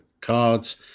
cards